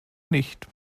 nicht